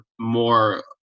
more